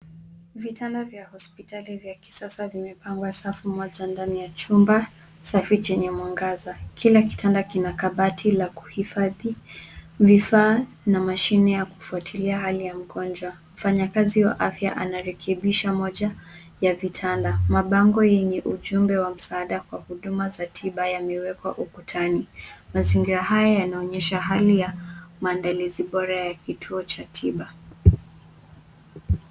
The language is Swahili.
Vitanda vya hospitali vya kisasa vimepangwa safu moja ndani ya chumba safi chenye mwangaza. Kila kitanda kina kabati la kuhifadhi vifaa na mashine ya kufuatilia hali ya mgonjwa. Mfanyakazi wa afya anarekebisha moja ya vitanda. Mabango yenye ujumbe wa msaada kwa huduma za tiba yamewekwa ukutani. Mazingira haya yanaonyesha hali ya maandalizi bora ya kituo cha tiba.